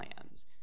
plans